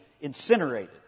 incinerated